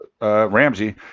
Ramsey